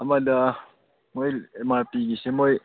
ꯑꯃꯗ ꯃꯣꯏ M R ꯄꯤꯒꯤꯁꯦ ꯃꯣꯏ